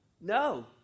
No